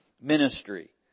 ministry